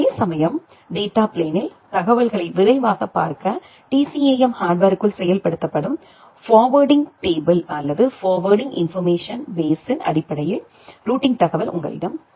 அதேசமயம் டேட்டா பிளேனில் தகவல்களை விரைவாகப் பார்க்க TCAM ஹார்ட்வேர்க்குள் செயல்படுத்தப்படும் ஃபார்வேர்டிங் டேபிள் அல்லது ஃபார்வேர்டிங் இன்போர்மேஷன் பேஸ்ஸின் அடிப்படையில் ரூட்டிங் தகவல் உங்களிடம் உள்ளது